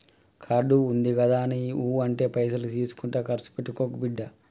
card ఉందిగదాని ఊ అంటే పైసలు తీసుకుంట కర్సు పెట్టుకోకు బిడ్డా